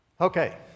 Okay